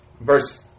Verse